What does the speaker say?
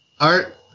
art